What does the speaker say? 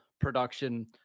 production